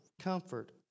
comfort